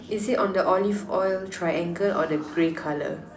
is it on the olive oil triangle or the grey colour